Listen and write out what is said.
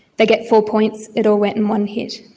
they get four points, it all went in one hit.